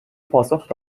پاسخ